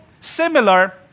similar